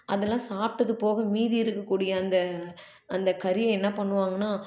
அதெலாம் சாப்பிட்டது போக மீதி இருக்கக்கூடிய அந்த அந்த கறியை என்ன பண்ணுவாங்கனா